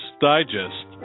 digest